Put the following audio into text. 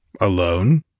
Alone